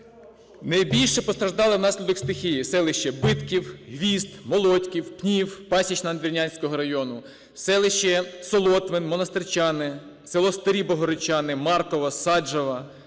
Найбільше постраждали внаслідок стихії селище Битків, Гвізд, Молодків, Пнів, Пасічне Надвірнянського району, селище Солотвин, Монастирчани, село Старі Богородчани, Маркова, Саджава,